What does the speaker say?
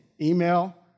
email